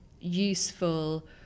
useful